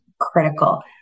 critical